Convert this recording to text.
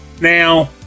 Now